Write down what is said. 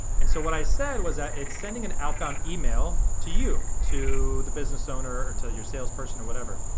and so what i said was that it's sending an outbound email to you. to the business owner or to your sales person or whatever.